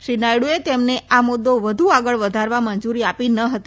શ્રી નાયડુએ તેમને આ મુદ્દો વધુ આગળ વધારવા મંજૂરી આપી ન હતી